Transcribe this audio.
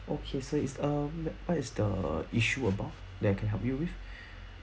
okay so is um what is the issue about that can help you with